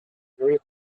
very